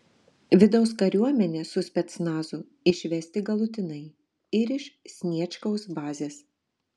vidaus kariuomenę su specnazu išvesti galutinai ir iš sniečkaus bazės